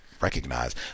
recognize